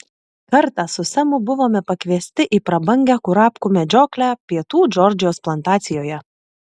kartą su semu buvome pakviesti į prabangią kurapkų medžioklę pietų džordžijos plantacijoje